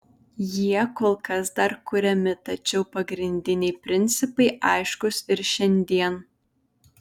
jie kol kas dar kuriami tačiau pagrindiniai principai aiškūs ir šiandien